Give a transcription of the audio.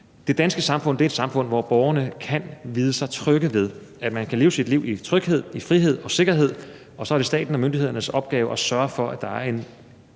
Det danske samfund er et samfund, hvor borgerne kan vide sig trygge ved, at man kan leve sit liv i tryghed, i frihed og i sikkerhed, og så er det staten og myndighedernes opgave at sørge for, at der er en